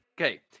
okay